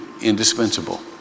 indispensable